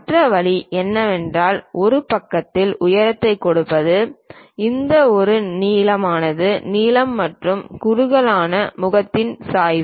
மற்ற வழி என்னவென்றால் ஒரு பக்கத்தின் உயரத்தைக் கொடுப்பது இந்த ஒரு நீளமான நீளம் மற்றும் குறுகலான முகத்தின் சாய்வு